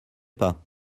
pas